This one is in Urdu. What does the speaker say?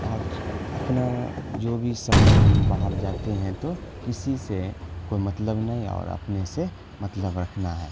اور اپنا جو بھی سفر ہم باہر جاتے ہیں تو کسی سے کوئی مطلب نہیں اور اپنے سے مطلب رکھنا ہے